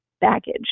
baggage